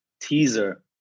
teaser